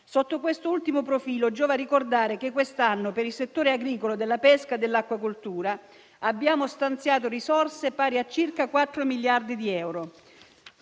Sotto questo ultimo profilo, giova ricordare che quest'anno, per i settori agricolo, della pesca e dell'acquacoltura, abbiamo stanziato risorse pari a circa quattro miliardi di euro.